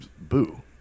Boo